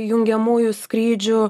jungiamųjų skrydžių